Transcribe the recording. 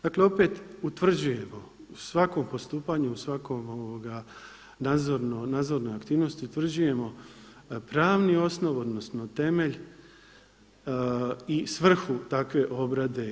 Dakle opet utvrđujemo u svakom postupanju, u svakoj nadzornoj aktivnosti utvrđujemo pravni osnov, odnosno temelj i svrhu takve obrade.